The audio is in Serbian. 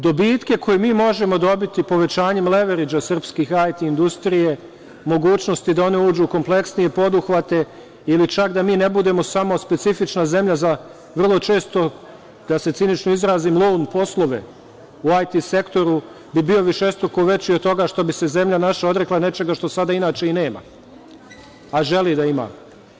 Dobitke koje mi možemo dobiti povećanjem leveridža srpske IT industrije, mogućnosti da one uđu u kompleksnije poduhvate ili čak da mi ne budemo samo specifična zemlja za vrlo često, da se cinično izrazim, „loun“ poslove u IT sektoru bi bio višestruko veći od toga što bi se zemlja naša odrekla nečega što sada inače i nema, a želi da ima.